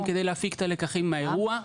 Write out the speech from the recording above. כדי להפיק את הלקחים מהאירוע.